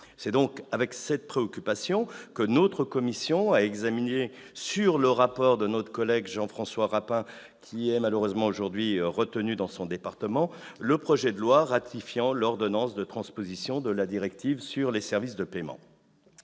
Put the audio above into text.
C'est donc avec cette préoccupation que la commission a examiné, sur le rapport de notre collègue Jean-François Rapin, qui est malheureusement retenu dans son département, le projet de loi ratifiant l'ordonnance de transposition de la directive sur les services de paiement.